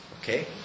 Okay